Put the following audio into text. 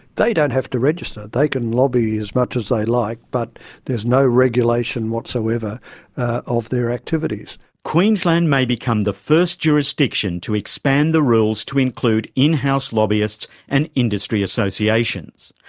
they don't have to register. they can lobby as much as they like, but there is no regulation whatsoever of their activities. queensland may become the first jurisdiction to expand the rules to include in-house lobbyists and industry associations.